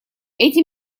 эти